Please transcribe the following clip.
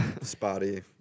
spotty